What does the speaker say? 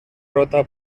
rota